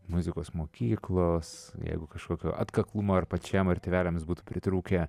muzikos mokyklos jeigu kažkokio atkaklumo ar pačiam ar tėveliams būtų pritrūkę